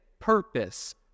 Purpose